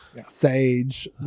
Sage